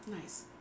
Nice